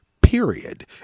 period